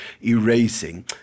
erasing